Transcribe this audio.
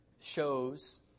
shows